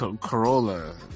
Corolla